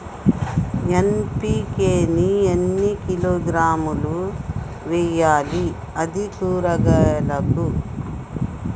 NPK ని ఎన్ని కిలోగ్రాములు వెయ్యాలి? అది కూరగాయలకు?